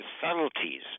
subtleties